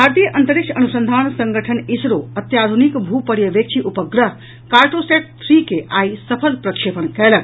भारतीय अंतरिक्ष अनुसंधान संगठन इसरो अत्याधुनिक भू पर्यवेक्षी उपग्रह कार्टोसैट थ्री के आइ सफल प्रक्षेपण कयलक